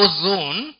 zone